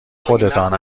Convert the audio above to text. خودتان